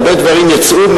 הרבה דברים יצאו,